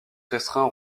restreint